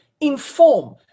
inform